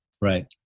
Right